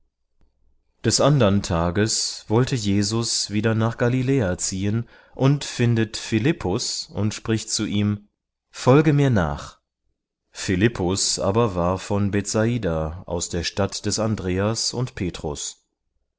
des andern tages wollte jesus wieder nach galiläa ziehen und findet philippus und spricht zu ihm folge mir nach philippus aber war von bethsaida aus der stadt des andreas und